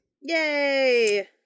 Yay